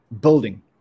building